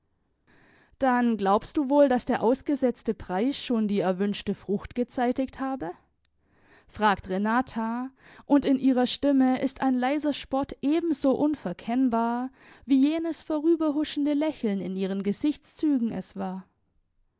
dann glaubst du wohl daß der ausgesetzte preis schon die erwünschte frucht gezeitigt habe fragt renata und in ihrer stimme ist ein leiser spott ebenso unverkennbar wie jenes vorüberhuschende lächeln in ihren gesichtszügen es war